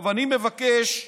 אני מבקש,